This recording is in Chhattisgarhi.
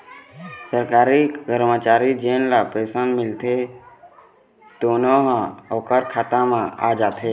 सरकारी करमचारी जेन ल पेंसन मिलथे तेनो ह ओखर खाता म आ जाथे